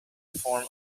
form